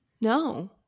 no